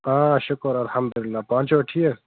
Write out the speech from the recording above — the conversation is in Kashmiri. آ شُکُر الحمدُ اللہ پانہٕ چھِوا ٹھیٖک